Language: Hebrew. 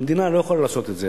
המדינה לא יכולה לעשות את זה,